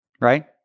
right